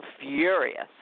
furious